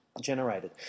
generated